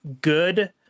good